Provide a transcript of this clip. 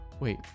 Wait